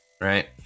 right